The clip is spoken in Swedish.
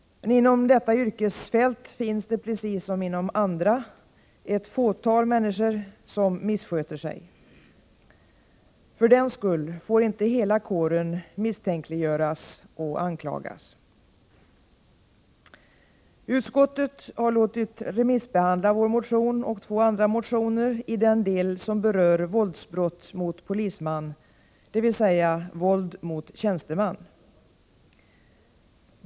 Inom detta yrkesfält finns det, precis som inom andra, ett fåtal människor som missköter sig. För den skull får inte hela kåren misstänkliggöras och anklagas. Utskottet har låtit remissbehandla vår motion och två andra motioner i den del som berör våldsbrott mot polisman, dvs. våld mot tjänsteman.